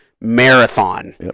marathon